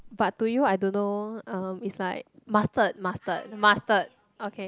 but to you I don't know uh it's like mustard mustard mustard okay